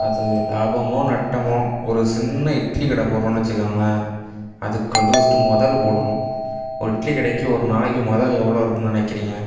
அது லாபமோ நட்டமோ ஒரு சின்ன இட்லி கடை போடுறோன்னு வெச்சுக்கோங்களேன் அதுக்கு வந்து ஃபஸ்ட்டு முதல் போடணும் ஒரு இட்லி கடைக்கு ஒரு நாளைக்கு முதல் எவ்வளோ இருக்கும்னு நினைக்கிறீங்க